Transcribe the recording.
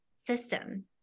system